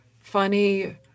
funny